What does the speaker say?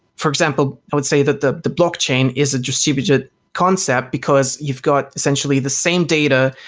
for example, i would say that the the blockchain is a distributed concept, because you've got essentially the same data,